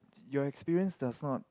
your experience does not